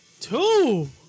Two